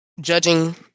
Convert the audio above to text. judging